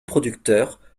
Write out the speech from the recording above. producteur